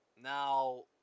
Now